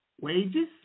wages